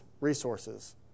resources